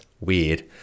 Weird